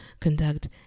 conduct